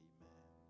Amen